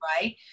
right